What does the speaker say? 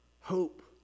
Hope